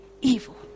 evil